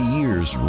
years